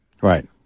Right